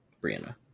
brianna